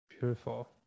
Beautiful